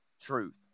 truth